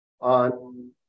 on